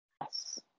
yes